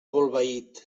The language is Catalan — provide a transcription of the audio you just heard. bolbait